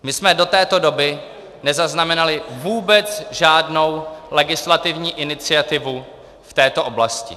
My jsme do této doby nezaznamenali vůbec žádnou legislativní iniciativu v této oblasti.